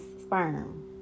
sperm